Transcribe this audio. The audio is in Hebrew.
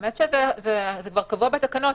זה קבוע בתקנות.